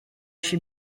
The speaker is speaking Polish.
się